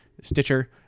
Stitcher